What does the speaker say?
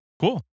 Cool